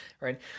Right